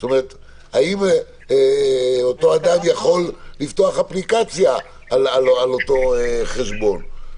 האם אותו אדם יכול לפתוח אפליקציה על אותו חשבון?